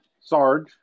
Sarge